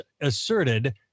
asserted